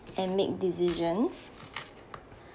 and make decisions